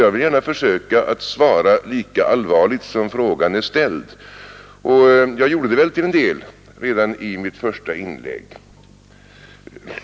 Jag vill gärna försöka svara med samma allvar som frågan ställdes; till en del gjorde jag det redan i mitt första inlägg.